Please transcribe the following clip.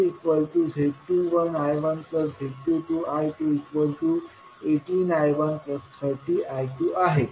परंतु V1z11I1z12I222I118I2 आहे आणि V2z21I1z22I218I130I2 आहे